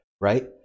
right